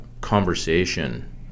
conversation